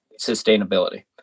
sustainability